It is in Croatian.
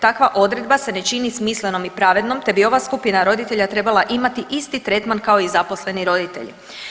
Takva odredba se ne čini smislenom i pravednom te bi ova skupina roditelja trebala imati tretman kao i zaposleni roditelji.